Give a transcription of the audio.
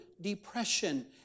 depression